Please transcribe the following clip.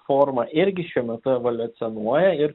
forma irgi šiuo metu evoliucionuoja ir